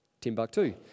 Timbuktu